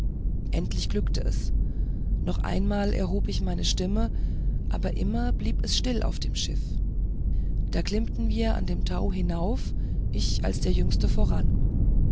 endlich glückte es noch einmal erhob ich meine stimme aber immer blieb es still auf dem schiff da klimmten wir an dem tau hinauf ich als der jüngste voran